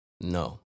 No